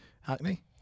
Hackney